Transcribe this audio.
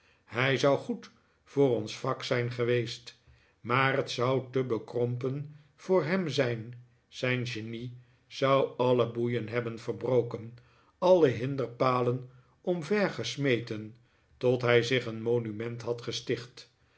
hij zou goed voor ons vak zijn geweest maar het zou te bekrompen voor hem zijn zijn genie zou alle boeie'n hebben verbroken alle hinderpalen omvergesmeten tot hij zich een monument had gesticht